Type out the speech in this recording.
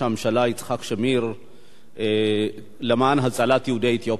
הממשלה יצחק שמיר למען הצלת יהודי אתיופיה.